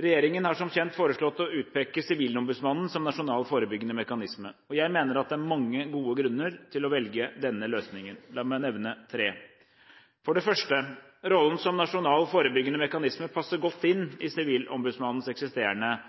Regjeringen har som kjent foreslått å utpeke Sivilombudsmannen som nasjonal forebyggende mekanisme. Jeg mener at det er mange gode grunner til å velge denne løsningen. La meg nevne tre: For det første: Rollen som nasjonal forebyggende mekanisme passer godt inn i Sivilombudsmannens eksisterende